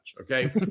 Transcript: Okay